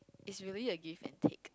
it's really a give and take